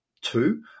two